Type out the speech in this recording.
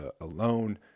alone